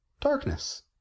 darkness